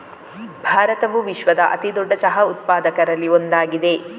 ಭಾರತವು ವಿಶ್ವದ ಅತಿ ದೊಡ್ಡ ಚಹಾ ಉತ್ಪಾದಕರಲ್ಲಿ ಒಂದಾಗಿದೆ